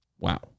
Wow